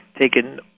taken